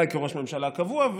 אולי כראש ממשלה קבוע,